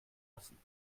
lassen